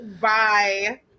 Bye